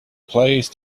please